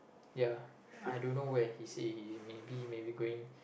ya I don't know where he say he maybe maybe going